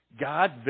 God